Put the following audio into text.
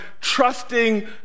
trusting